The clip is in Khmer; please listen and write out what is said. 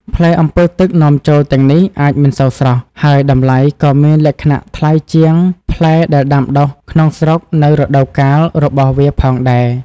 ផ្លែអម្ពិលទឹកនាំចូលទាំងនេះអាចមិនសូវស្រស់ ហើយតម្លៃក៏មានលក្ខណៈថ្លៃជាងផ្លែដែលដាំដុះក្នុងស្រុកនៅរដូវកាលរបស់វាផងដែរ។